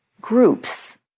groups